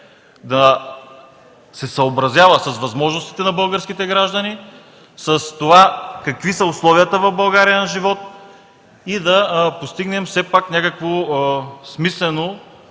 да се съобразява с възможностите на българските граждани, с това какви са условията на живот в България. Да постигнем някакво смислено